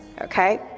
okay